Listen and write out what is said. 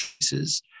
choices